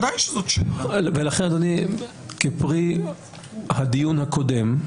לכן אדוני כפרי הדיון הקודם,